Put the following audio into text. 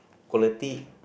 quality